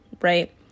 right